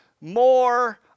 more